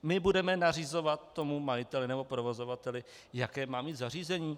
My budeme nařizovat majiteli nebo provozovateli, jaké má mít zařízení?